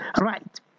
Right